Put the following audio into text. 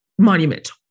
Monument